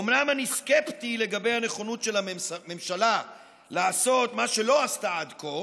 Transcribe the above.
אומנם אני סקפטי לגבי הנכונות של הממשלה לעשות מה שלא עשתה עד כה,